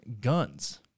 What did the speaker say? guns